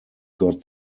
got